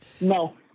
no